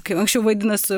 kaip anksčiau vadinosi